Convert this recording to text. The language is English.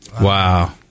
Wow